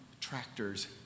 tractors